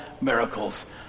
miracles